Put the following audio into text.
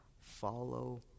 follow